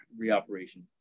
reoperation